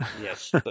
Yes